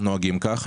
נוהגים כך.